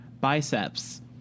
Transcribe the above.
biceps